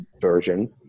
version